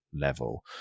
level